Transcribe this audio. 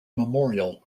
memorial